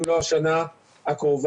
אם לא השנה הקרובה.